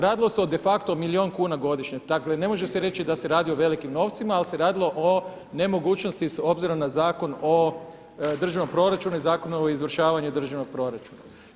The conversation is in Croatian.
Radilo se o de facto milijun kuna godišnje, tako jer ne može se reći da se radilo o velikim novcima ali se radilo o nemogućnosti s obzirom na Zakon o državnom proračunu i Zakon o izvršavanju državnog proračuna.